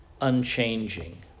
unchanging